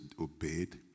obeyed